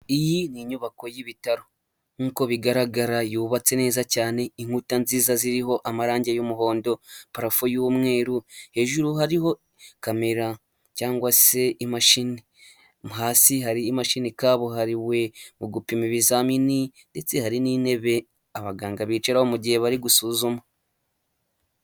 Iyi ni inyubako y'ibitaro nk'uko bigaragara yubatse neza cyane, inkuta nziza ziriho amarange y'umuhondo, parafo y'umweru, hejuru hariho camera cyangwa se imashini, hasi hari imashini kabuhariwe mu gupima ibizamini ndetse hari n'intebe abaganga bicaraho mu gihe bari gusuzuma.